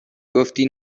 گفتی